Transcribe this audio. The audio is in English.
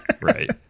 Right